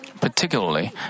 Particularly